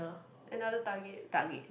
another target